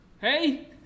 Hey